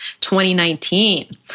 2019